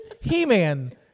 He-Man